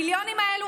המיליונים האלה,